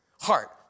heart